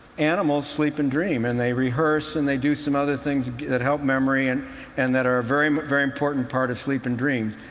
animals sleep and dream, and they rehearse and they do some other things that help memory and and that are a very important part of sleep and dreams.